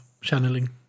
channeling